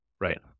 Right